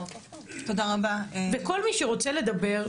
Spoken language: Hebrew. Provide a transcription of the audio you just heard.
כל מי שרוצה לדבר,